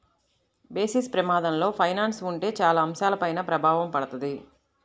basis ప్రమాదంలో finance ఉంటే చాలా అంశాలపైన ప్రభావం పడతది